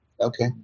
Okay